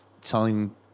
telling